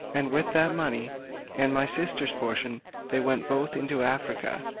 and with that money and my sister's portion they went both into africa,